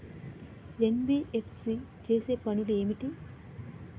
NBFC చేసే పనులు ఏమిటి?